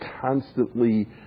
constantly